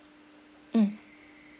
mm